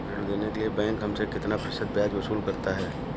ऋण देने के लिए बैंक हमसे कितना प्रतिशत ब्याज वसूल करता है?